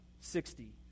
sixty